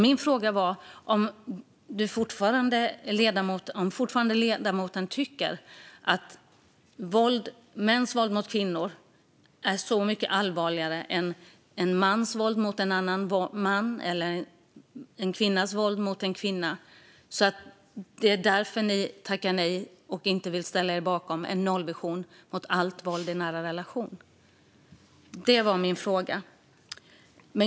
Min fråga var om ledamoten fortfarande tycker att mäns våld mot kvinnor är mycket allvarligare än mäns våld mot andra män och kvinnors våld mot andra kvinnor och om det är därför ni tackar nej till att ställa er bakom en nollvision för allt våld i nära relationer.